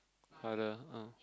father ah